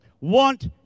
want